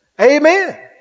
Amen